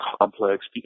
complex